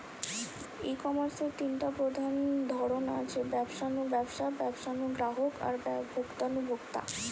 ই কমার্সের তিনটা প্রধান ধরন আছে, ব্যবসা নু ব্যবসা, ব্যবসা নু গ্রাহক আর ভোক্তা নু ভোক্তা